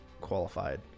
qualified